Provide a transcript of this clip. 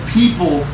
people